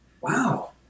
wow